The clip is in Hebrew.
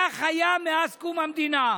כך היה מאז קום המדינה.